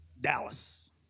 dallas